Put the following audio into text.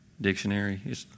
dictionary